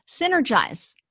Synergize